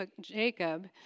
Jacob